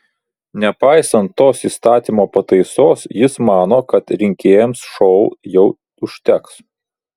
nepaisant tos įstatymo pataisos jis mano kad rinkėjams šou jau užteks